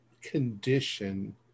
condition